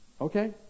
okay